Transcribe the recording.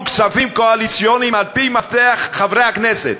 כספים קואליציוניים על-פי מפתח חברי הכנסת,